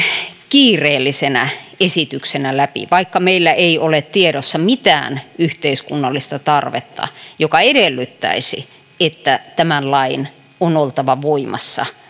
kiireellisenä esityksenä läpi vaikka meillä ei ole tiedossa mitään yhteiskunnallista tarvetta joka edellyttäisi että tämän lain on oltava voimassa